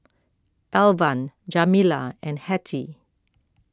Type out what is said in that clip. Alvan Jamila and Hattie